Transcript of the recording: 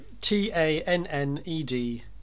T-A-N-N-E-D